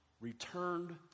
returned